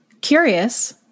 Curious